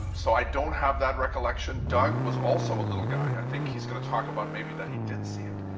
so i don't have that recollection. doug was also a little guy. i think he's going to talk about maybe that he did see it.